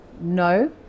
No